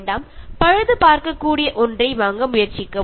എപ്പോഴും നമുക്ക് നന്നാക്കി ഉപയോഗിക്കാൻ കഴിയുന്നവ മാത്രം വാങ്ങുക